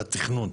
לתכנון?